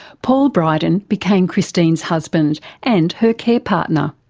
paul bryden became christine's husband and her care partner.